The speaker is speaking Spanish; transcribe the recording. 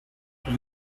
sus